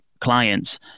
clients